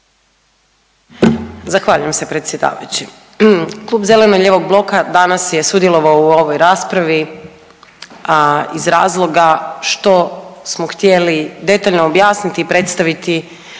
Zahvaljujem se predsjedavajući. Klub zeleno-lijevog bloka danas je sudjelovao u ovoj raspravi, a iz razloga što smo htjeli detaljno objasniti i predstaviti